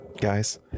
Guys